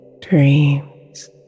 dreams